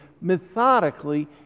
methodically